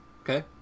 Okay